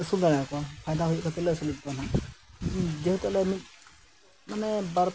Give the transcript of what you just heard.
ᱟᱹᱥᱩᱞ ᱫᱟᱲᱮ ᱟᱠᱚᱣᱟ ᱯᱷᱟᱭᱫᱟ ᱦᱩᱭᱩᱜ ᱠᱟᱛᱮ ᱞᱮ ᱟᱹᱥᱩᱞᱮᱜ ᱠᱚᱣᱟ ᱦᱟᱸᱜ ᱡᱮᱦᱮᱛᱩ ᱞᱮ ᱢᱤᱫ ᱢᱟᱱᱮ ᱵᱟᱨ